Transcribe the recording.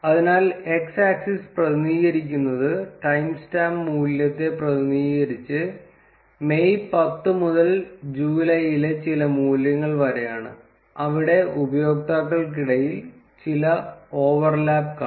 അതിനാൽ x axis പ്രതിനിധീകരിക്കുന്നത് timestamp മൂല്യത്തെ പ്രതിനിധീകരിച്ച് മെയ് 10 മുതൽ ജൂലൈയിലെ ചില മൂല്യങ്ങൾ വരെയാണ് അവിടെ ഉപയോക്താക്കൾക്കിടയിൽ ചില ഓവർലാപ്പ് കാണാം